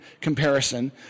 comparison